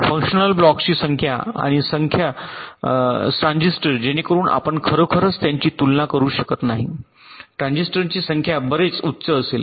functional ब्लॉक्सची संख्या आणि संख्या ट्रान्झिटर जेणेकरून आपण खरोखर त्यांची तुलना करू शकत नाही ट्रान्झिस्टरची संख्या बरेच उच्च असेल